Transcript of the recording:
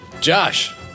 Josh